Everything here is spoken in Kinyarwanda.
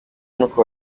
nuko